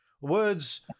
words